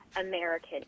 American